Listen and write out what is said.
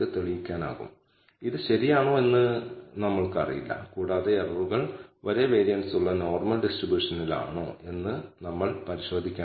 numerator എല്ലാ independent വേരിയബിളുകളുടെയും ആകെ സ്ക്വയർ മൂല്യങ്ങൾ അതേസമയം ഡിനോമിനേറ്റർ ഇൻഡിപെൻഡന്റ് വേരിയബിളിന്റെ വ്യതിയാനത്തെ പ്രതിനിധീകരിക്കുന്നു